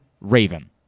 Raven